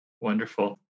Wonderful